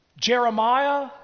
Jeremiah